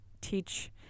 teach